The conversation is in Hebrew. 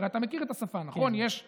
הרי אתה מכיר את השפה, יש סעיף,